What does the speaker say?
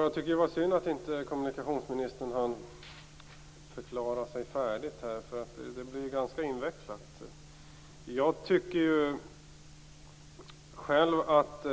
Fru talman! Det var synd att kommunikationsministern inte hann förklara sig färdigt. Det blir nämligen ganska invecklat. Jag tycker att